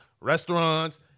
restaurants